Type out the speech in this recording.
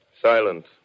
silent